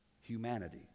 humanity